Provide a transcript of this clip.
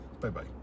Bye-bye